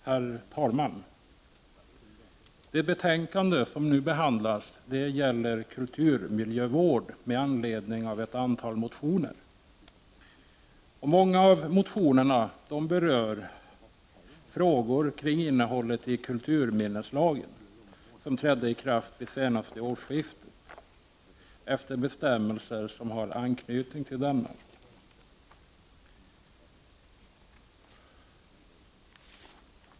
Herr talman! Det betänkande som nu behandlas gäller kulturmiljövården. I betänkandet tas ett antal motioner upp. Många av motionerna berör frågor kring innehållet i kulturminneslagen, som trädde i kraft vid det senaste årsskiftet efter bestämmelser som har anknytning till denna.